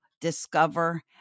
discover